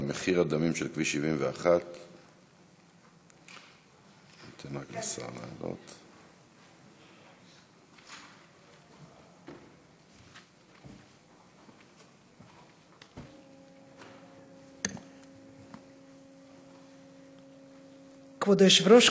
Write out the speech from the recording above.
על מחיר הדמים של כביש 71. כבוד היושב-ראש,